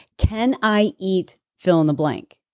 can i eat fill in the blank?